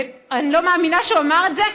ואני לא מאמינה שהוא אמר את זה,